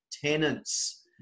Tenants